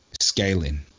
scaling